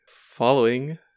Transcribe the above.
following